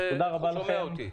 תודה רבה לכם.